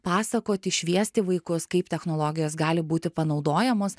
pasakoti šviesti vaikus kaip technologijos gali būti panaudojamos